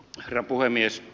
herra puhemies